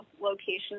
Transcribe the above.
locations